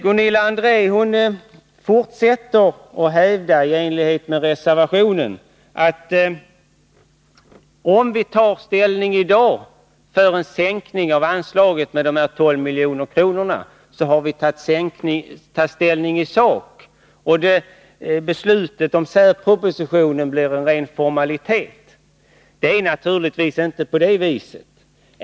Gunilla André fortsätter att hävda, i enlighet med reservationen, att vi — om vi i dag tar ställning för en sänkning av anslaget med 12 milj.kr. — har tagit ställning i sak och att beslutet om särpropositionen blir en ren formalitet. Det är naturligtvis inte på det viset.